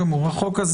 החוק הזה